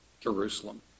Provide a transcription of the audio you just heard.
Jerusalem